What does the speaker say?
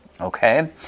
okay